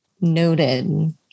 Noted